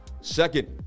second